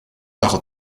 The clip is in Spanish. bajo